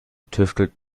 tüftelt